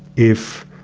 if,